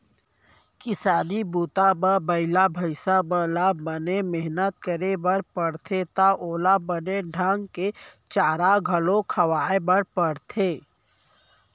किसानी बूता म बइला भईंसा मन ल बने मेहनत करे बर परथे त ओला बने ढंग ले चारा घलौ खवाए बर परथे